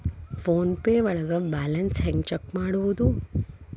Phone pay ಒಳಗ balance ಹೆಂಗ್ check ಮಾಡುವುದು?